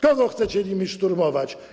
Kogo chcecie nimi szturmować?